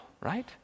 right